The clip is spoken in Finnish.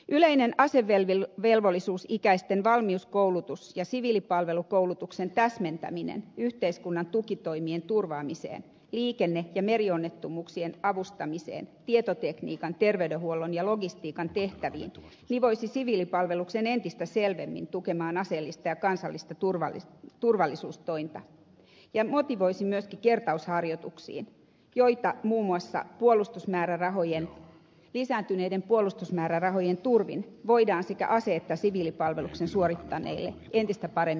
yleinen asevelvollisuusikäisten valmiuskoulutus ja siviilipalveluskoulutuksen täsmentäminen yhteiskunnan tukitoimien turvaamiseen liikenne ja merionnettomuuksien avustamiseen tietotekniikan terveydenhuollon ja logistiikan tehtäviin nivoisi siviilipalveluksen entistä selvemmin tukemaan aseellista ja kansallista turvallisuustointa ja motivoisi myöskin kertausharjoituksiin joita muun muassa lisääntyneiden puolustusmäärärahojen turvin voidaan sekä ase että siviilipalveluksen suorittaneille entistä paremmin järjestää